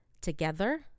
Together